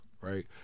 right